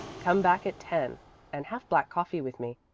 come back at ten and have black coffee with me.